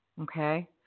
Okay